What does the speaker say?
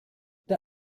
der